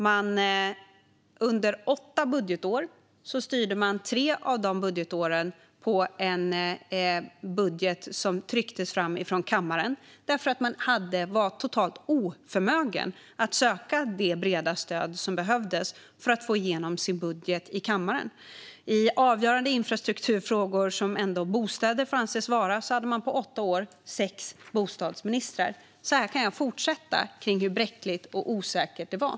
Under tre av åtta budgetår styrde man med en budget som trycktes fram från kammaren därför att man var helt oförmögen att söka det breda stöd som behövdes för att få igenom sin budget i kammaren. När det gäller avgörande infrastrukturfrågor, som bostäder ändå får anses vara, hade man under åtta år sex bostadsministrar. Så här kan jag fortsätta kring hur bräckligt och osäkert det var.